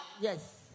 Yes